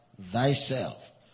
thyself